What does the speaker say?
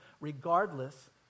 regardless